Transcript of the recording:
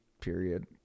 period